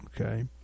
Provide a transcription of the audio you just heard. Okay